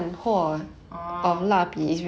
orh